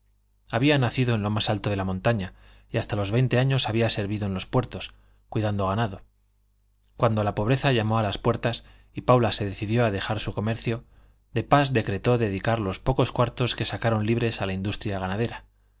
había nacido en lo más alto de la montaña y hasta los veinte años había servido en los puertos cuidando ganado cuando la pobreza llamó a las puertas y paula se decidió a dejar su comercio de pas decretó dedicar los pocos cuartos que sacaron libres a la industria ganadera